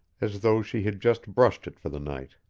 as though she had just brushed it for the night.